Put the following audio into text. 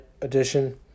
edition